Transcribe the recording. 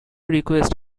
request